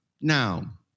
Now